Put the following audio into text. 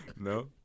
No